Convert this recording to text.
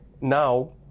now